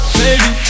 baby